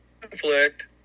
conflict